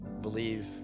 believe